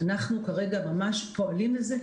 אנחנו כרגע פועלים לזה.